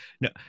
No